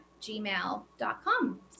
gmail.com